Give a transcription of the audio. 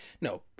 no